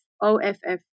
O-F-F